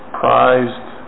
prized